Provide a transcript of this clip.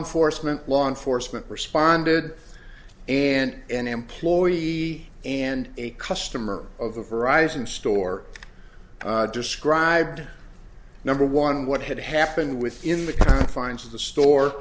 enforcement law enforcement responded and an employee and a customer of the verizon store described number one what had happened within the confines of the store